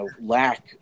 lack